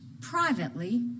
privately